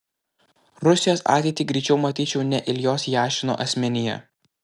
rusijos ateitį greičiau matyčiau ne iljos jašino asmenyje